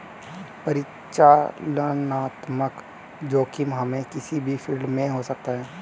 परिचालनात्मक जोखिम हमे किसी भी फील्ड में हो सकता है